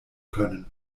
können